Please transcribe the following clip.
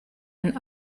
and